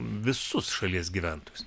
visus šalies gyventojus